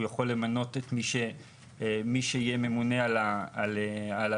הוא יכול למנות ממונה על ההליך,